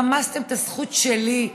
רמסתם את הזכות שלי,